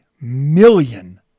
million